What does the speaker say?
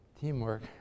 teamwork